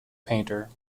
painter